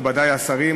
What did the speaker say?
מכובדי השרים,